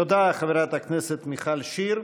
תודה, חברת הכנסת מיכל שיר.